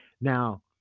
Now